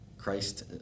Christ